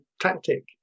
TACTIC